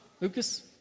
Lucas